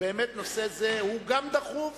שבאמת נושא זה הוא גם דחוף